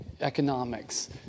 economics